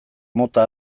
mota